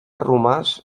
romàs